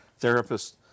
therapists